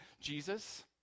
Jesus